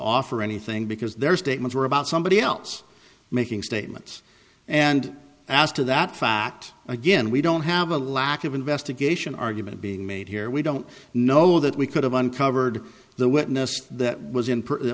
offer anything because their statements were about somebody else making statements and as to that fact again we don't have a lack of investigation argument being made here we don't know that we could have uncovered the witness that was in